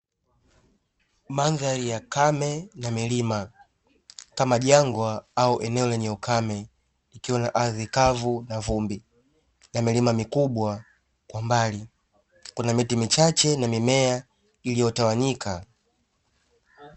Mandhari ya kame na milima kama jangwa au eneo lenye ukame likiwa na ardhi kavu na vumbi, na milima mikubwa kwa mbali. Kuna miti michache na mimea iliyotawanyika.